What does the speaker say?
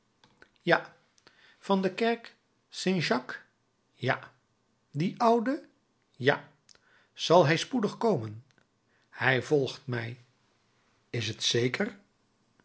ja van de kerk st jacques ja die oude ja zal hij spoedig komen hij volgt mij is t zeker